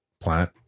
plant